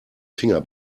finger